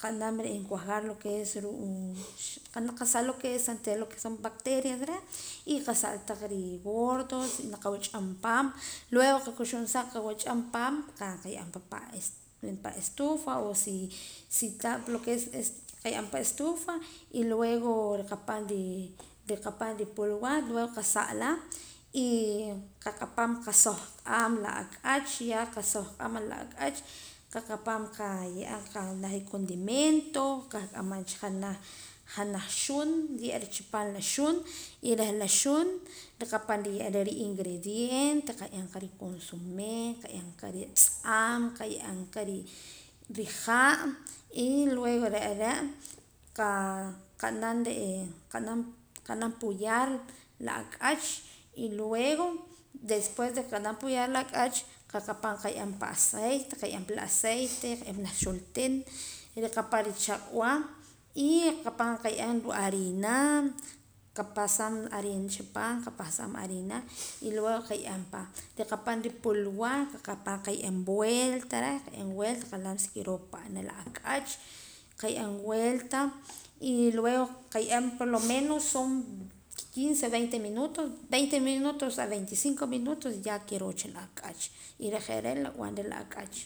qanam cuajar lo que es la qasamla reh lo que la bacterias reh y qasala kotaq ri gordos niqawach'am paam luego qakuxumsaam qawach'aam paam qa ye'eem qa pan estufa o si tah la estufa luego rikapaam rikapaam ripulwa luego qasalaa y qakapaam qasoojq'aam la ak'ach qakapaam qaye'eem janaj ricondimento qak'amancha janaj xun niruye'ra chi paam la xun y reh la xun rikapaam riye'ra ringredientes qaye'em qa riconsome qaye'em qa ratz'aam qaye'em qa riha' y luego reh re' qanaam qanaam puyar la ak'ach y luego después de qanaam puyar la ak'ach qa qapaam qaye'eem pan aceite qaye'em pa pan aceite y junaj xuntiin y rikapaam richaq'wa y qakapaam qaye'eem harina qapasaam harina chi paam y luego qaye'eem rikapaam ripulwa qakapaam qaye'eem vuelta reh nqalam si kiroo pa ne'eh la ak'ach qaye'em vuelta y luego qaye'eem por lo menos son quince veinte minutos veinte a veinticinco minutos ya kiroo cha la ak'ach y re' je're' la nb'anra la ak'ach.